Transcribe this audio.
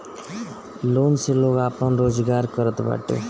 loan से लोग आपन रोजगार करत बाटे